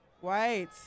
White